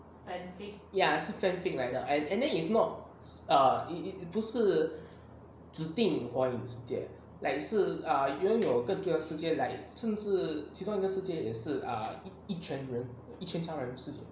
ya 是 fan fiction 来的 and then it's not err it it 不是指定华语世界 like 是拥有更多世界 like 政治其中一个世界也是 err 一群一群超人世界